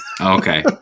Okay